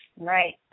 Right